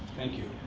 thank you.